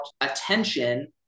attention